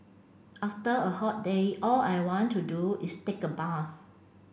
after a hot day all I want to do is take a bath